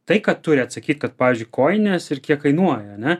tai kad turi atsakyt kad pavyzdžiui kojinės ir kiek kainuoja ane